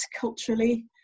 culturally